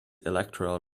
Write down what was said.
electoral